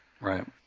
right